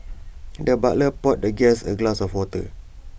the butler poured the guest A glass of water